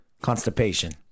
constipation